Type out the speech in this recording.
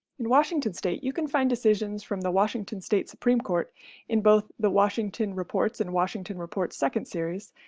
in washington state, you can find decisions from the washington state supreme court in both the washington reports in washington reports second series,